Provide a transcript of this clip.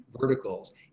verticals